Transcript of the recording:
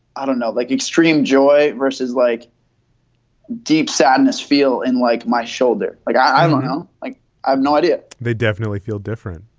i don't know. like extreme joy versus like deep sadness feel and like my shoulder, like, i don't know, like i've no idea they definitely feel different,